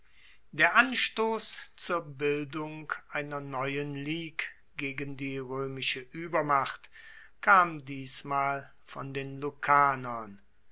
der anstoss zur bildung einer neuen ligue gegen die roemische uebermacht kam diesmal von den